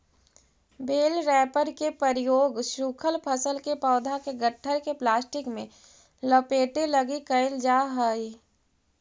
बेल wrapper के प्रयोग सूखल फसल के पौधा के गट्ठर के प्लास्टिक में लपेटे लगी कईल जा हई